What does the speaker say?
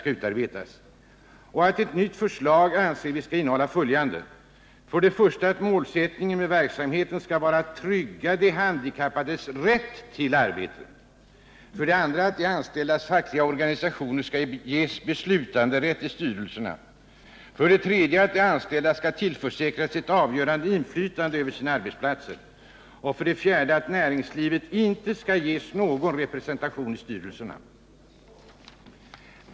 Det nya förslaget bör enligt vår mening innehålla följande: 1. att verksamhetens mål skall vara att trygga de handikappades rärr till arbete, 2. att de anställdas fackliga organisationer skall ges beslutanderätt i styrelserna, 3. att de anställda skall tillförsäkras ett avgörande inflytande över sina arbetsplatser och 4. att näringslivet inte skall ges någon representation i styrelserna.